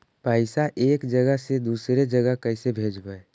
पैसा एक जगह से दुसरे जगह कैसे भेजवय?